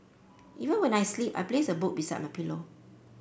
even when I sleep I place a book beside my pillow